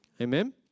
Amen